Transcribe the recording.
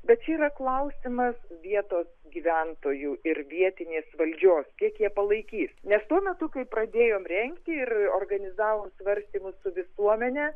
bet čia yra klausimas vietos gyventojų ir vietinės valdžios kiek jie palaikys nes tuo metu kai pradėjom rengti ir organizavom svarstymus su visuomene